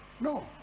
no